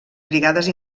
brigades